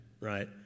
right